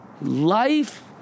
Life